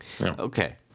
Okay